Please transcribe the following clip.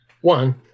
One